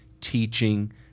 teaching